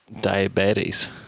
diabetes